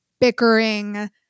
bickering